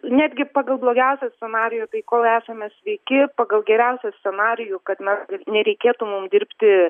netgi pagal blogiausią scenarijų tai kol esame sveiki pagal geriausią scenarijų kad na nereikėtų mum dirbti